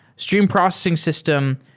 stream processing system,